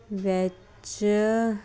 ਵਿੱਚ